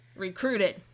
recruited